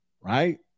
right